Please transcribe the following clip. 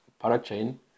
parachain